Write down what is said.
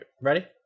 Ready